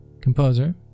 composer